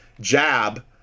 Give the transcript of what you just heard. jab